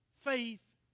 Faith